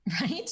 right